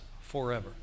forever